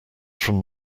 from